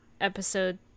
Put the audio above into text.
episode